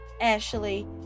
Ashley